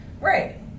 Right